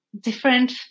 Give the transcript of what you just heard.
different